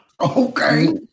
Okay